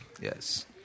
Yes